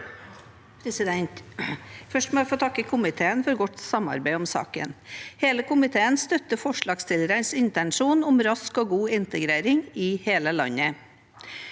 Først må jeg få takke komiteen for godt samarbeid om saken. Hele komiteen støtter forslagsstillernes intensjon om rask og god integrering i hele landet.